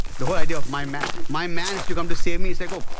the whole idea of my man my man has to come to save me, it's like oh,